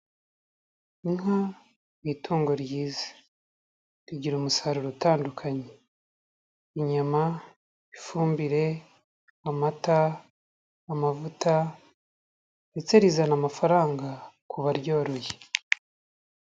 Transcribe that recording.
Inka ni itungo ryiza, rigira umusaruro utandukanye inyama, ifumbire, amata, amavuta ndetse rizana amafaranga ku baryoye.